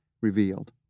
revealed